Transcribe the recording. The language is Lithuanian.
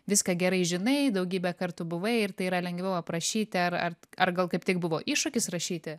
viską gerai žinai daugybę kartų buvai ir tai yra lengviau aprašyti ar ar ar gal kaip tik buvo iššūkis rašyti